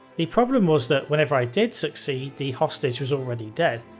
the problem was that whenever i did succeed the hostage was already dead.